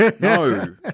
no